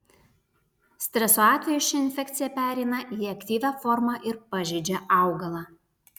streso atveju ši infekcija pereina į aktyvią formą ir pažeidžia augalą